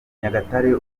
nyagatare